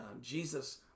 Jesus